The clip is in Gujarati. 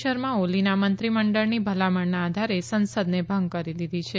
શર્મા ઓલીના મંત્રીમંડળની ભલામણના આધારે સંસદને ભંગ કરી દીધી છે